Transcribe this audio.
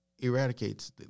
Eradicates